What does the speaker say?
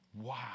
Wow